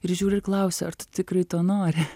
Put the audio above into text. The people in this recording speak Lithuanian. ir žiūri ir klausia ar tu tikrai to nori